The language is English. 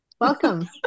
Welcome